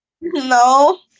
No